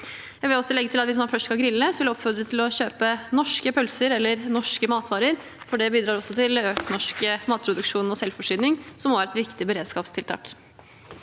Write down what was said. Jeg vil også legge til at hvis man først skal grille, vil jeg oppfordre til å kjøpe norske pølser eller norske matvarer, for det bidrar til økt norsk matproduksjon og selvforsyning, som også er et viktig beredskapstiltak.